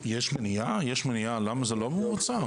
יש מניעה למה זה לא מבוצע?